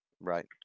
Right